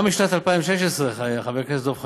גם בשנת 2016, חבר הכנסת דב חנין,